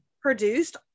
produced